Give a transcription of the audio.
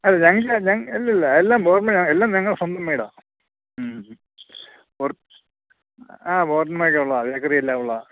അല്ല ഞങ്ങൾക്ക് ഞങ്ങൾ അല്ലല്ല എല്ലാം നോർമൽ എല്ലാം ഞങ്ങൾ സ്വന്തം മേയ്ഡാ മ്മ് ആ പുറമേയൊക്കെ ഉള്ളതാ ബേക്കറിയെല്ലാം ഉള്ളതാ